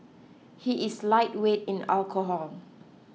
he is lightweight in alcohol